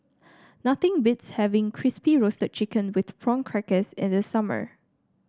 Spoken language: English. nothing beats having Crispy Roasted Chicken with Prawn Crackers in the summer